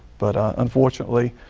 but unfortunately,